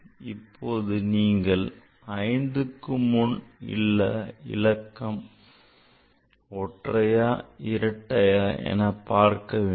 இப்போது நீங்கள் 5 க்கு முன் உள்ள இலக்கம் ஒற்றையா இரட்டையா என பார்க்க வேண்டும்